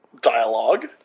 dialogue